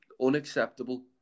unacceptable